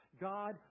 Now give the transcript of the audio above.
God